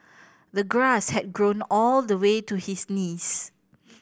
the grass had grown all the way to his knees